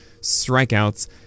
strikeouts